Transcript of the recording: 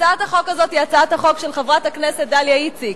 הצעת החוק הזאת היא הצעת החוק של חברת הכנסת דליה איציק.